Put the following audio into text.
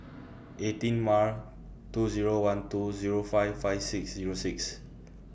eighteen Mar two Zero one two Zero five five six Zero six